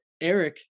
Eric